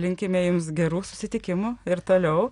linkime jums gerų susitikimų ir toliau